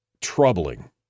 troubling